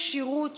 כשירות),